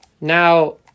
Now